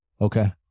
Okay